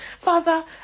Father